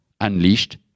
unleashed